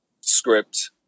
script